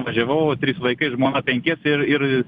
važiavau trys vaikai ir žmona penkiese ir ir